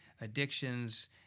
addictions